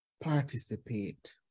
participate